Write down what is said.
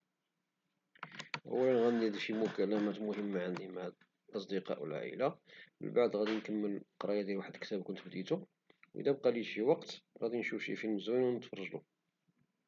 أولا عندي شي مكالمات مهمة مع الأصدقاء والعائلة، من بعد عنكمل القراية ديال واحد الكتاب كنت بديتو، وإذا بقالي شي وقت عنشوف شي فيلم زوين ونتفرجلو.